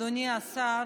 אדוני השר,